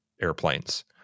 airplanes